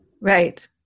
Right